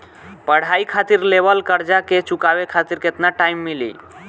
पढ़ाई खातिर लेवल कर्जा के चुकावे खातिर केतना टाइम मिली?